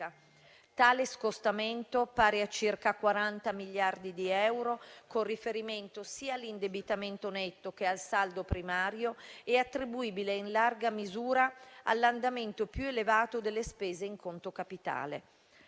Tale scostamento, pari a circa 40 miliardi di euro, con riferimento sia all'indebitamento netto sia al saldo primario, è attribuibile in larga misura all'andamento più elevato delle spese in conto capitale.